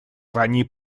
ранее